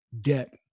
debt